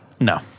No